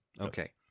Okay